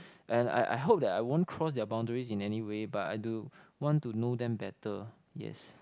and I I hope that I won't cross their boundaries in anyway but I do want to know them better yes